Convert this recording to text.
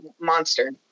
monster